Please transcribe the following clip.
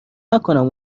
نکنم